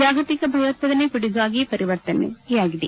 ಜಾಗತಿಕ ಭಯೋತ್ಪಾದನೆ ಪಿಡುಗಾಗಿ ಪರಿವರ್ತನೆಯಾಗಿದೆ